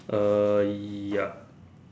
uh ya